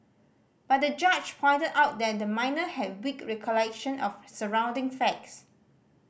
but the judge pointed out that the minor had weak recollection of surrounding facts